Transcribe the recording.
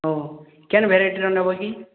ହଉ କେନ ଭେରାଇଟି ର ନେବ କି